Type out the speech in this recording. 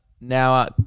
Now